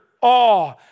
awe